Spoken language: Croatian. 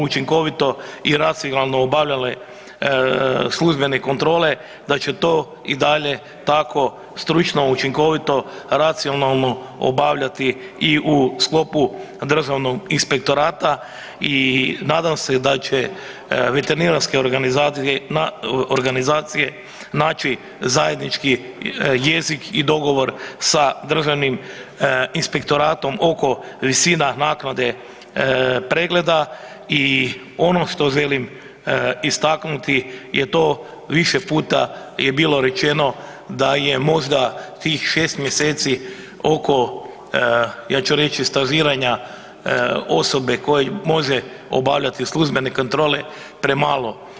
Učinkovito i racionalno obavljale službene kontrole, da će to i dalje tako stručno, učinkovito, racionalno obavljati i u sklopu Državnog inspektorata i nadam se da će veterinarske organizacije naći zajednički jezik i dogovor sa Državnim inspektoratom oko visina naknade pregleda i ono što želim istaknuti je to više puta je bilo rečeno, da je možda tih 6 mj. oko ja ću reći, stažiranja osoba koja može obavljati službene kontrole premalo.